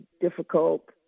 difficult